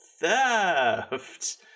Theft